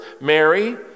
Mary